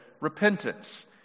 repentance